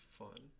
fun